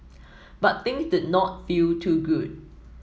but things did not feel too good